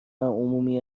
عمومی